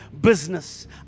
business